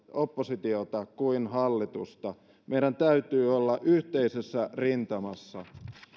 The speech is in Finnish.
oppositiota kuin hallitusta meidän täytyy olla yhteisessä rintamassa